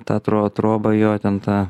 tą tro trobą jo ten tą